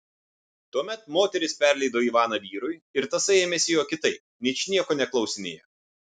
tuomet moteris perleido ivaną vyrui ir tasai ėmėsi jo kitaip ničnieko neklausinėjo